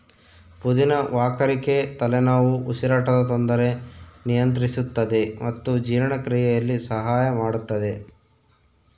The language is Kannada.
ಪುದಿನ ವಾಕರಿಕೆ ತಲೆನೋವು ಉಸಿರಾಟದ ತೊಂದರೆ ನಿಯಂತ್ರಿಸುತ್ತದೆ ಮತ್ತು ಜೀರ್ಣಕ್ರಿಯೆಯಲ್ಲಿ ಸಹಾಯ ಮಾಡುತ್ತದೆ